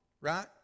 Right